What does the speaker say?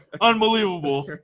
Unbelievable